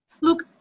Look